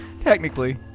technically